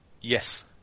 Yes